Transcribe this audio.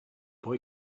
boy